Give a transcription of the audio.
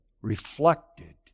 reflected